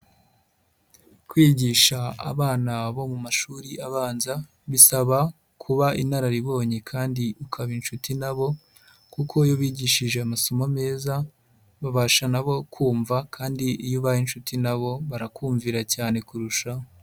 Kwigisha abana bo mu mashuri abanza, bisaba kuba inararibonye kandi ukaba inshuti na bo kuko iyo bigishije amasomo meza, babasha na bo kumva kandi iyo ubaye inshuti na bo barakumvira cyane kurushaho.